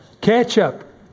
Ketchup